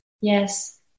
Yes